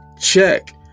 check